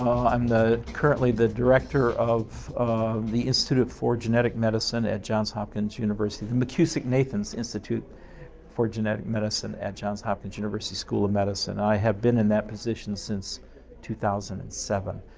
i'm currently the director of of the institute for genetic medicine at johns hopkins university, the mckusick-nathans institute for genetic medicine at johns hopkins university school of medicine. i have been in that position since two thousand and seven.